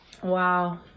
Wow